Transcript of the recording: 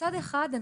מצד אחד,